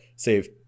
save